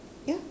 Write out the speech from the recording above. ya